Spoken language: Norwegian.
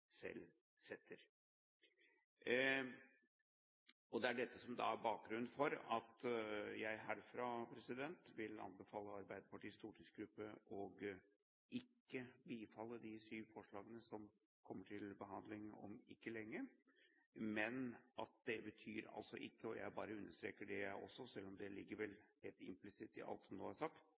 Det er dette som er bakgrunnen for at jeg herfra vil anbefale Arbeiderpartiets stortingsgruppe ikke å bifalle de syv forslagene som kommer til behandling om ikke lenge. Det betyr ikke – jeg bare understreker det, jeg også, selv om det vel ligger helt implisitt i alt som nå er sagt